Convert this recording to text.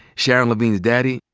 sharon lavigne's daddy,